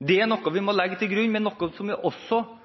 Det er noe vi må legge til